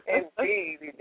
Indeed